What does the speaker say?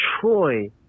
Troy